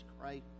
Christ